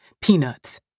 peanuts